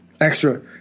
extra